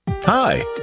Hi